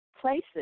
places